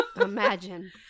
imagine